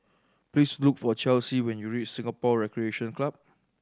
please look for Chelsy when you reach Singapore Recreation Club